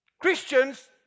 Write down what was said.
Christians